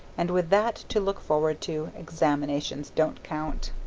and with that to look forward to, examinations don't count.